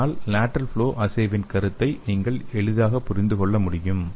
இதனால் lateral flow அஸ்ஸேவின் கருத்தை நீங்கள் எளிதாக புரிந்து கொள்ள முடியும்